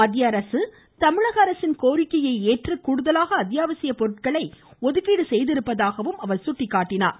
மத்திய அரசு தமிழக அரசின் கோரிக்கையை ஏற்று கூடுதலாக அத்யாவசிய பொருட்களை ஒதுக்கீடு செய்திருப்பதாகவும் அவர் தெரிவித்தார்